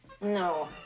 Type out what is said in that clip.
No